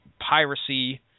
piracy